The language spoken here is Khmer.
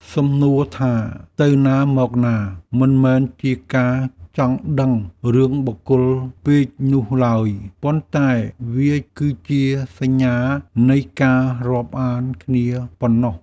សំណួរថាទៅណាមកណា មិនមែនជាការចង់ដឹងរឿងបុគ្គលពេកនោះឡើយ ប៉ុន្តែវាគឺជាសញ្ញានៃការរាប់អានគ្នាប៉ុណ្ណោះ។